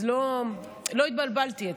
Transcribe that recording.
אז לא, לא התבלבלתי.